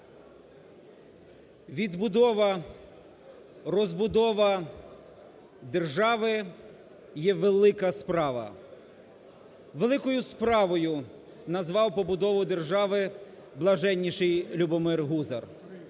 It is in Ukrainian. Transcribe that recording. Відбудова, розбудова держави є велика справа. Великою справою назвав побудову держави Блаженіший Любомир Гузар,